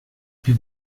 più